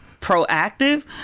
proactive